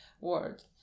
word